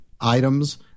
items